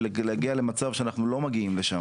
ולהגיע למצב שאנחנו לא מגיעים לשם.